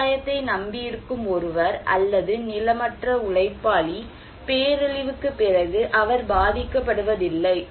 விவசாயத்தை நம்பியிருக்கும் ஒருவர் அல்லது நிலமற்ற உழைப்பாளி பேரழிவுக்குப் பிறகு அவர் பாதிக்கப்படுவதில்லை